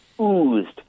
oozed